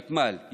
ותמ"ל,